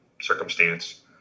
circumstance